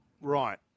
Right